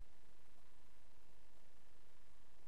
עלול